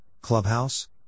clubhouse